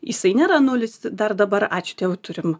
jisai nėra nulis dar dabar ačiū dievui turim